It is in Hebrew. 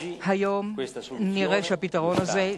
היום נראה שהפתרון הזה,